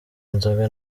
inzoga